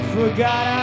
forgot